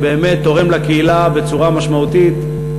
שבאמת תורם לקהילה בצורה משמעותית,